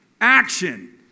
action